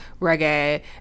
Reggae